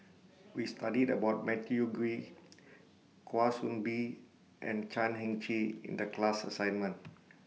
We studied about Matthew Ngui Kwa Soon Bee and Chan Heng Chee in The class assignment